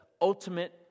ultimate